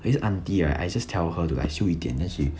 got this auntie right I just tell her to 修一点 then she